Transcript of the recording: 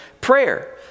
prayer